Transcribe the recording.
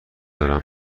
دارم